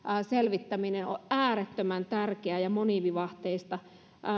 selvittäminen on äärettömän tärkeää ja monivivahteista